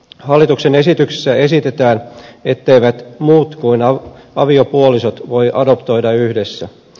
hallituksen esityksessä esitetään etteivät muut kuin aviopuolisot voi adoptoida yhdessä